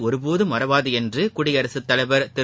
ஒருபோதும் மறவாது என்று குடியரசுத் தலைவர் திரு